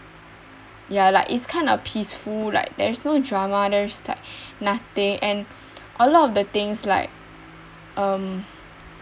ya like is kind of peaceful like there is no drama there's like nothing and a lot of the things like um